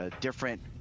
different